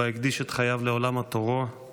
שבה הקדיש את חייו לעולם התורה,